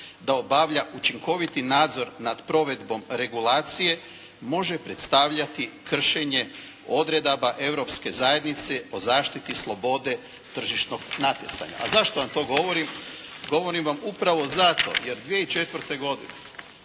da obavlja učinkoviti nadzor nad provedbom regulacije, može predstavljati kršenje odredaba Europske zajednice o zaštiti slobode tržišnog natjecanja. A zašto vam to govorim? Govorim vam upravo zato jer 2004. godine